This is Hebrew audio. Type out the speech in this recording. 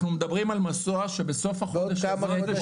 אנחנו מדברים על מסוע שבסוף החודש הזה,